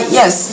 yes